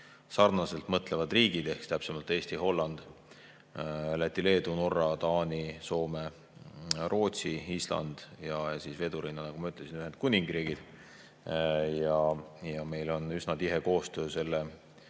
sarnaselt mõtlevad riigid, täpsemalt siis Eesti, Holland, Läti, Leedu, Norra, Taani, Soome, Rootsi, Island ja vedurina, nagu ma ütlesin, Ühendkuningriik. Meil on üsna tihe koostöö selle